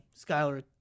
Skyler